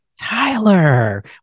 Tyler